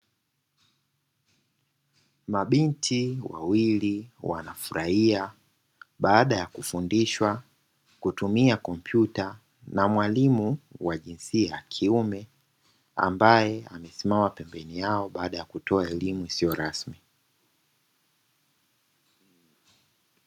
Mabinti wawili wanafurahia baada ya kufundishwa kutumia kompyuta na mwalimu wa jinsia ya kiume ambaye amesimama pembeni yao baada ya kutoa elimu isiyo rasmi.